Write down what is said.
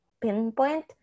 pinpoint